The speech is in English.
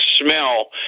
smell